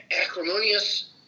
acrimonious